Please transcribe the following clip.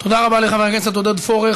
תודה רבה לחבר הכנסת עודד פורר.